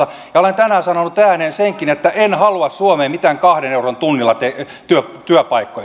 ja olen tänään sanonut ääneen senkin että en halua suomeen mitään kaksi euroa tunnissa työpaikkoja